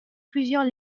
plusieurs